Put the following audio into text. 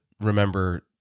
remember